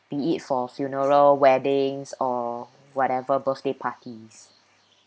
be it for funeral weddings or whatever birthday parties